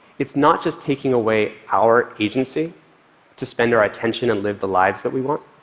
it's not just taking away our agency to spend our attention and live the lives that we want,